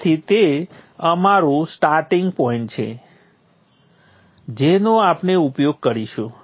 તેથી તે અમારું સ્ટાર્ટિંગ પોઈન્ટ છે જેનો આપણે ઉપયોગ કરીશું